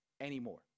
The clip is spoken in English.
anymore